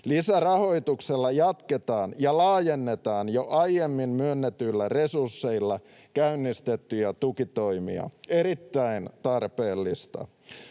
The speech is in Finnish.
Lisärahoituksella jatketaan ja laajennetaan jo aiemmin myönnetyillä resursseilla käynnistettyjä tukitoimia — erittäin tarpeellista.